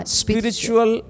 spiritual